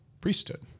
priesthood